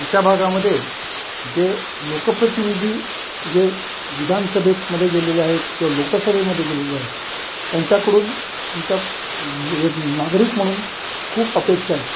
आमच्या भागामध्ये जे लोकप्रतिनिधी जे विधानसभेमध्ये गेलेले आहेत किंवा लोकसभेमध्ये गेलेले आहेत त्यांच्याकडून आमच्या एक नागरिक म्हणून खूप अपेक्षा आहेत